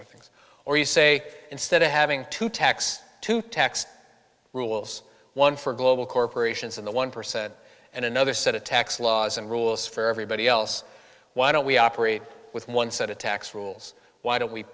of things or you say instead of having to tax to tax rules one for global corporations in the one percent and another set of tax laws and rules for everybody else why don't we operate with one set of tax rules why don't we